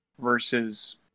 versus